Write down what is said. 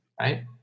right